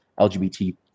LGBT